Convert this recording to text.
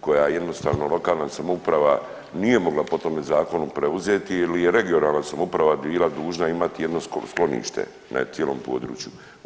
koje jednostavno lokalna samouprava nije mogla po tome zakonu preuzeti ili je regionalna samouprava bila dužna imati jedno sklonište na cijelom području.